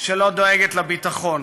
שלא דואגת לביטחון.